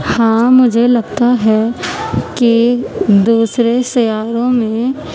ہاں مجھے لگتا ہے کہ دوسرے سیاروں میں